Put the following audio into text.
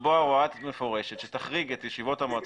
לקבוע הוראה מפורשת שתחריג את ישיבות המועצה